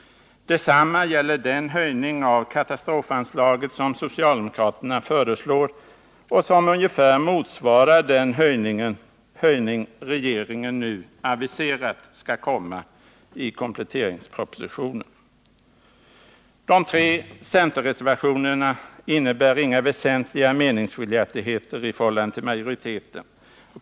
Detsamma gäller den höjning av katastrofanslaget som socialdemokraterna föreslår och som ungefär motsvarar den höjning regeringen nu aviserat skall komma i kompletteringspropositionen. De tre centerreservationerna innebär inga väsentliga meningsskiljaktigheter i förhållande till majoriteten.